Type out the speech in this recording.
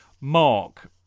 Mark